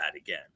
again